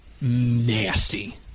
nasty